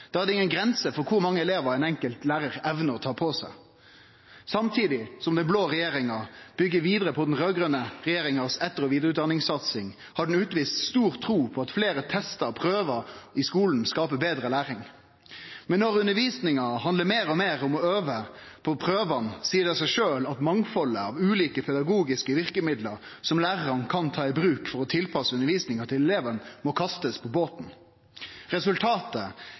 Da er det ingen grenser for kor mange elevar ein enkelt lærar evnar å ta på seg. Samtidig som den blå regjeringa byggjer vidare på etter- og vidareutdaningssatsinga til den raud-grøne regjeringa, har ho utvist stor tru på at fleire testar og prøvar i skulen skaper betre læring. Men når undervisninga handlar meir og meir om å øve på prøvane, seier det seg sjølv at mangfaldet av ulike pedagogiske verkemidlar som lærarane kan ta i bruk for å tilpasse undervisninga til eleven, må kastast på båten. Resultatet